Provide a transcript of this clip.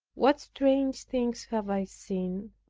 what strange things have i seen!